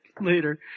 Later